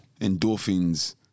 endorphins